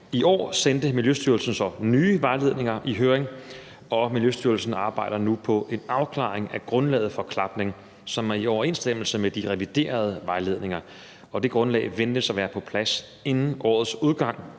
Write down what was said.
i år sendte Miljøstyrelsen så nye vejledninger i høring, og Miljøstyrelsen arbejder nu på en afklaring af grundlaget for klapning, som er i overensstemmelse med de reviderede vejledninger. Det grundlag ventes at være på plads inden årets udgang,